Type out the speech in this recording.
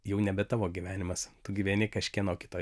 jau nebe tavo gyvenimas tu gyveni kažkieno kito